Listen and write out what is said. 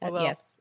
Yes